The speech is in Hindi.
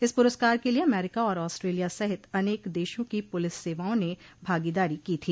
इस पुरस्कार के लिये अमेरिका और आस्ट्रेलिया सहित अनेक देशों की पुलिस सेवाओं ने भागीदारी की थी